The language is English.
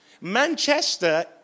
Manchester